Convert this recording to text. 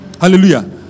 Hallelujah